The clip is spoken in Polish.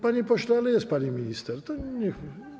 Panie pośle, ale jest pani minister, to niech.